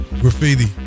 Graffiti